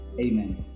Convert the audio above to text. Amen